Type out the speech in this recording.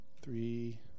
three